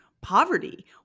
poverty